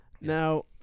Now